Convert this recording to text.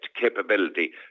capability